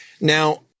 Now